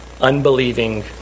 unbelieving